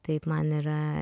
taip man yra